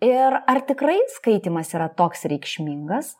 ir ar tikrai skaitymas yra toks reikšmingas